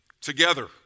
together